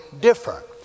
different